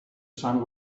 sun